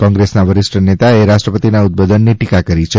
ક્રોંગ્રેસના વરિષ્ટ નેતાએ રાષ્ટ્રપતિના ઉદબોધનની ટીકા કરી છે